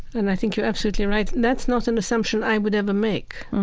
and i think you're absolutely right. that's not an assumption i would ever make,